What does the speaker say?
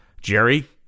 Jerry